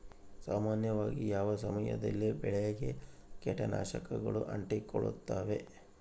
ಸಾಮಾನ್ಯವಾಗಿ ಯಾವ ಸಮಯದಲ್ಲಿ ಬೆಳೆಗೆ ಕೇಟನಾಶಕಗಳು ಅಂಟಿಕೊಳ್ಳುತ್ತವೆ?